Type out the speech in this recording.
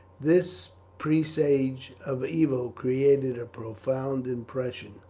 this presage of evil created a profound impression.